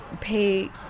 pay